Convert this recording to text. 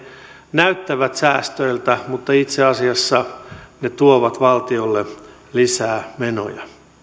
näyttävät säästöiltä mutta itse asiassa ne tuovat valtiolle lisää menoja